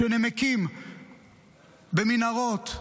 נמקים במנהרות,